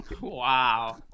wow